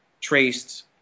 traced